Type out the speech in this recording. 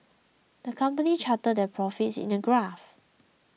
the company charted their profits in a graph